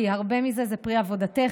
כי הרבה מזה הוא פרי עבודתך.